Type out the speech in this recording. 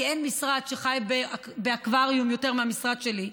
כי אין משרד שחי באקווריום יותר מהמשרד שלי,